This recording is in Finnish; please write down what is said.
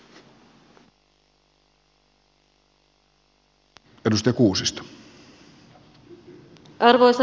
arvoisa puhemies